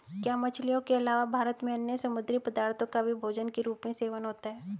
क्या मछलियों के अलावा भारत में अन्य समुद्री पदार्थों का भी भोजन के रूप में सेवन होता है?